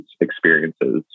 experiences